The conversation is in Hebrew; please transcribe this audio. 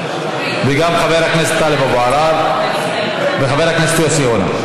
וגם את חבר הכנסת טלב אבו עראר ואת חבר הכנסת יוסי יונה.